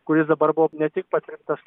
kuris dabar buvo ne tik patvirtintas